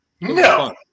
No